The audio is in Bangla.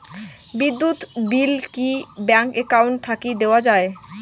বিদ্যুৎ বিল কি ব্যাংক একাউন্ট থাকি দেওয়া য়ায়?